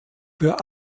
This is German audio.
für